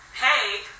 hey